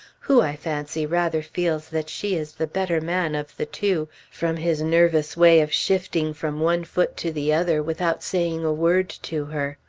who, i fancy, rather feels that she is the better man of the two, from his nervous way of shifting from one foot to the other, without saying a word to her.